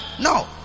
No